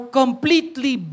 completely